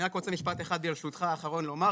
אני רק רוצה משפט אחד אחרון, ברשותך, לומר.